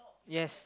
yes